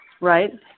Right